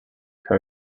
her